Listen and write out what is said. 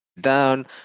down